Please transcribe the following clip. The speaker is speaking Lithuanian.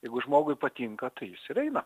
jeigu žmogui patinka tai jis ir eina